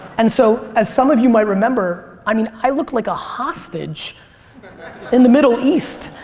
and so as some of you might remember i mean i look like a hostage in the middle east.